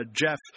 Jeff